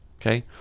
Okay